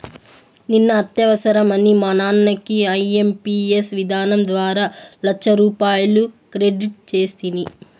నిన్న అత్యవసరమని మా నాన్నకి ఐఎంపియస్ విధానం ద్వారా లచ్చరూపాయలు క్రెడిట్ సేస్తిని